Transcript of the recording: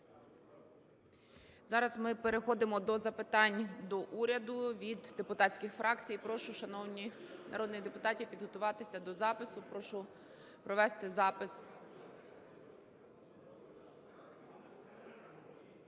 зараз ми переходимо до запитань до уряду від депутатських фракцій. Прошу шановних народних депутатів підготуватися до запису. Прошу провести запис. Від